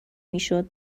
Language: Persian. میشد